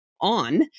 on